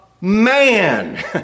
man